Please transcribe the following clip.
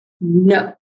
no